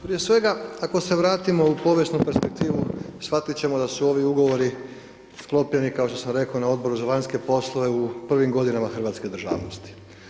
Prije svega, ako se vratimo u povijesnu perspektivu shvatiti ćemo da su ovi ugovori sklopljeni kao što sam rekao na odboru za vanjske poslove u prvim godinama hrvatske državnosti.